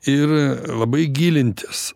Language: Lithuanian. ir labai gilintis